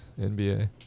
NBA